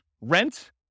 rent